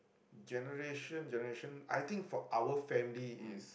generation generation I think for our family is